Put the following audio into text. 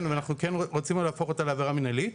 אנחנו כן רוצים להפוך אותה לעבירה מנהלית.